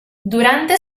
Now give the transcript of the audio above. durante